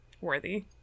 worthy